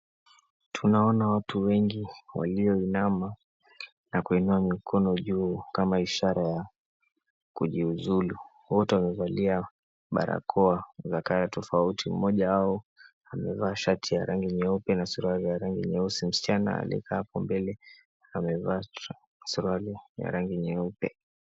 Tunaona watu wengi walioinama na kuinua mikono juu kama ishara ya kujiuzulu. Wote wamevalia barakoa za color tofauti. Mmoja wao amevaa shati ya rangi nyeupe na suruali ya rangi nyeusi. Msichana aliyekaa hapo mbele amevaa suruali ya rangi nyeupe.